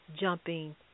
jumping